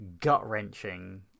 gut-wrenching